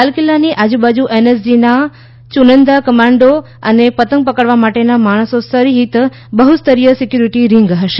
લાલ કિલ્લાની આજુબાજુ એનએસજી ના ચુનીંદા કમાન્ડો અને પતંગ પકડવા માટેના માણસો સહિત બહુસ્તરિય સિક્યુરીટી રિંગ હશે